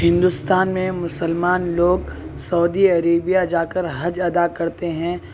ہندوستان میں مسلمان لوگ سعودی عربیہ جا کر حج ادا کرتے ہیں